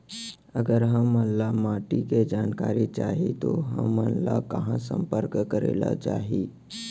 अगर हमन ला माटी के जानकारी चाही तो हमन ला कहाँ संपर्क करे ला चाही?